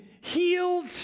healed